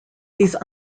these